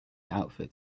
outfit